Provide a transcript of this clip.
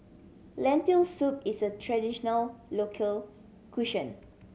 Lentil Soup is a traditional local